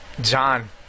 John